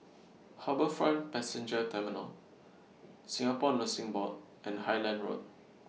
HarbourFront Passenger Terminal Singapore Nursing Board and Highland Road